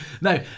no